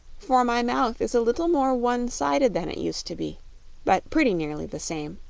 for my mouth is a little more one-sided than it used to be but pretty nearly the same.